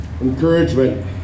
encouragement